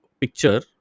picture